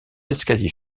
escaliers